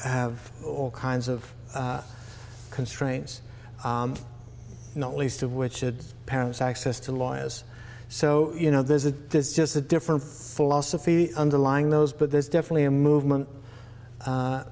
have all kinds of constraints not least of which it's parents access to law as so you know there's a there's just a different philosophy underlying those but there's definitely a movement